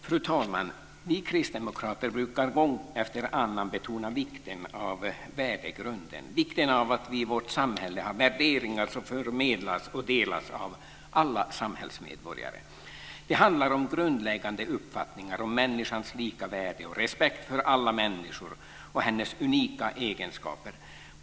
Fru talman! Vi kristdemokrater brukar gång efter annan betona vikten av värdegrunden - vikten av att vi i vårt samhälle har värderingar som förmedlas och delas av alla samhällsmedborgare. Det handlar om grundläggande uppfattningar om människans lika värde, om respekt för alla människor och om människans unika egenskaper.